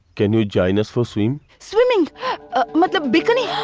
can you join us for so i mean so um and a um but bikini